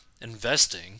investing